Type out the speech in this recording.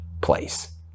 place